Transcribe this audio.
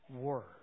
Word